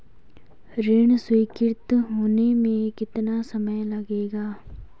ऋण स्वीकृति होने में कितना समय लगेगा?